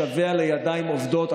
משווע לידיים עובדות.